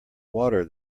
water